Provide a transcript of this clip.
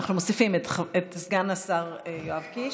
אנחנו מוסיפים את סגן השר יואב קיש,